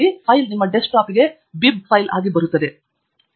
file ನಿಮ್ಮ ಡೆಸ್ಕ್ಟಾಪ್ಗೆ bib file ಆಗಿ ಬರುತ್ತವೆ